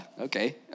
okay